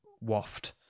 waft